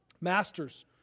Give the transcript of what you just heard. Masters